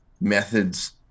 methods